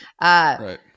right